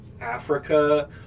Africa